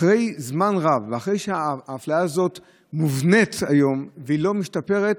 אחרי זמן רב ואחרי שהאפליה הזאת מובנית היום והיא לא משתפרת,